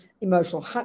emotional